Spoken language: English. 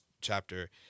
chapter